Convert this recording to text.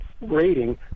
rating